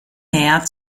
näher